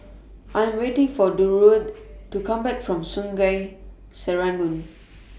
I'm waiting For Durwood to Come Back from Sungei Serangoon